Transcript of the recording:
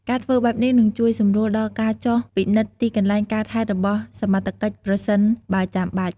ការធ្វើបែបនេះនឹងជួយសម្រួលដល់ការចុះពិនិត្យទីកន្លែងកើតហេតុរបស់សមត្ថកិច្ច ប្រសិនបើចាំបាច់។